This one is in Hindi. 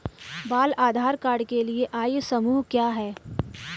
बाल आधार कार्ड के लिए आयु समूह क्या है?